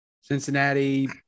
Cincinnati